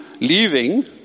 leaving